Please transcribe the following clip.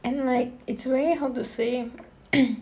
and like it's very how to say